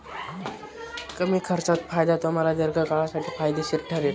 कमी खर्चात फायदा तुम्हाला दीर्घकाळासाठी फायदेशीर ठरेल